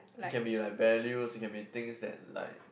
it can be like values it can be things that like